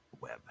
Web